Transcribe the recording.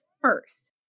first